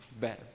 better